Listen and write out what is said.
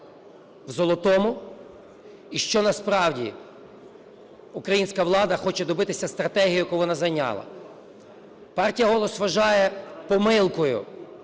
в Золотому і що насправді українська влада хоче добитися стратегією, яку вона зайняла. Партія "Голос" вважає помилкою